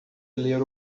ler